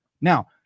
Now